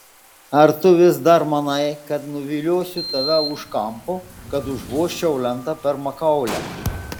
ar tu vis dar manai kad nuviliosiu tave už kampo kad užvožčiau lenta per makaulę